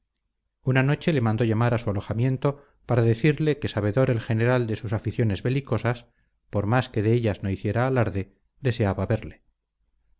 una noche le mandó llamar a su alojamiento para decirle que sabedor el general de sus aficiones belicosas por más que de ellas no hiciera alarde deseaba verle